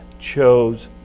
chose